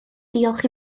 diolch